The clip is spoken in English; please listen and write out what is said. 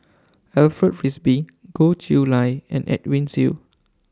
Alfred Frisby Goh Chiew Lye and Edwin Siew